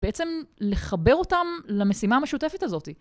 בעצם לחבר אותם למשימה המשותפת הזאת.